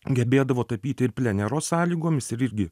gebėdavo tapyti ir plenero sąlygomis ir irgi